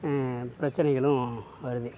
பிரச்சனைகளும் வருது